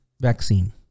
vaccine